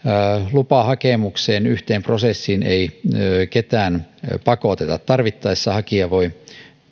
lupahakemukseen yhteen prosessiin ei ketään pakoteta tarvittaessa hakija voi